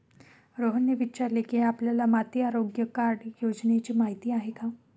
रोहनने विचारले की, आपल्याला माती आरोग्य कार्ड योजनेची माहिती आहे का?